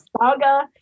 saga